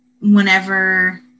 whenever